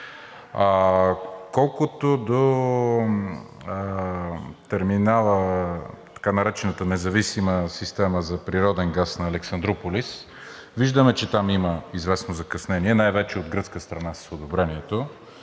Колкото до терминала, така наречената независима система за природен газ на Александруполис, виждаме, че там има известно закъснение най-вече от гръцка страна с одобрението.